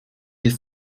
jest